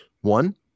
One